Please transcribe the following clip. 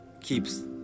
keeps